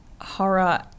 horror